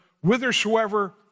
whithersoever